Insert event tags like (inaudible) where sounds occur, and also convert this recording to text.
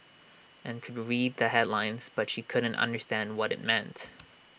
and could read the headlines but she couldn't understand what IT meant (noise)